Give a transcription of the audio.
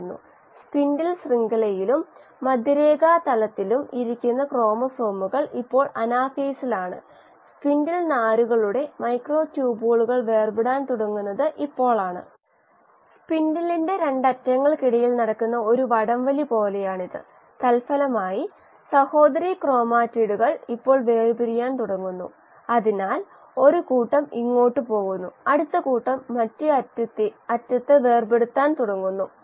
വ്യാപ്തം കുറയ്ക്കണമെങ്കിൽ പരമാവധി ഉൽപ്പാദനക്ഷമതയായ Rmൽ പ്രവർത്തിക്കേണ്ടതുണ്ട്